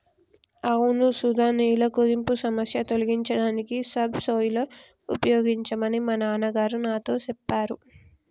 అవును సుధ నేల కుదింపు సమస్య తొలగించడానికి సబ్ సోయిలర్ ఉపయోగించమని మా నాన్న గారు నాతో సెప్పారు